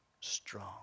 strong